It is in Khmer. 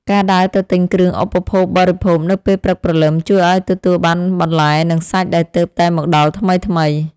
ការដើរទៅទិញគ្រឿងឧបភោគបរិភោគនៅពេលព្រឹកព្រលឹមជួយឱ្យទទួលបានបន្លែនិងសាច់ដែលទើបតែមកដល់ថ្មីៗ។